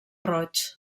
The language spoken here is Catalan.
roig